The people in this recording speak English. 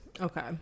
Okay